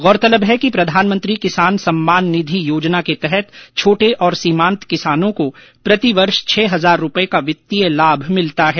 गौरतलब है कि प्रधानमंत्री किसान सम्मान निधि योजना के तहत छोटे और सीमांत किसानों को प्रतिवर्ष छह हजार रूपए का वित्तीय लाभ मिलता है